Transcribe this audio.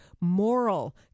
moral